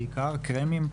קרמים,